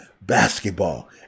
basketball